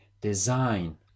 design